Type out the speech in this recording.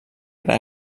gran